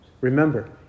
Remember